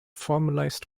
formalised